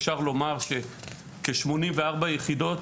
נפתחו כ-84 יחידות